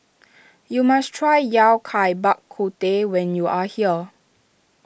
you must try Yao Cai Bak Kut Teh when you are here